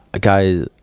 guys